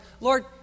Lord